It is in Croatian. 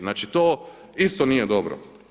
Znači to isto nije dobro.